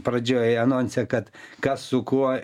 pradžioj anonse kad kas su kuo